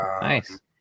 Nice